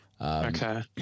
Okay